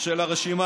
של הרשימה